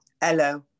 Hello